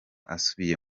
asubiye